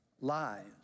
lives